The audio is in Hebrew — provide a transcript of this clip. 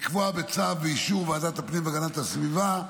לקבוע בצו, באישור ועדת הפנים והגנת הסביבה,